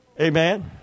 Amen